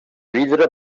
vidre